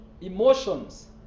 Emotions